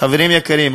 חברים יקרים,